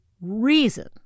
reason